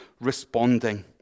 responding